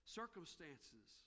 circumstances